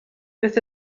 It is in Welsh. beth